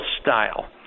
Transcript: style